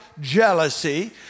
jealousy